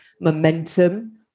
momentum